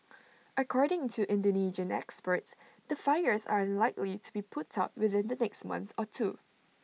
according to Indonesian experts the fires are unlikely to be put out within the next month or two